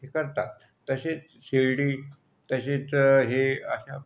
हे करतात तसेच शिर्डी तसेच हे अशा